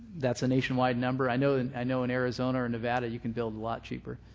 that's a nationwide number. i know and i know in arizona or nevada, you can build a lot cheaper.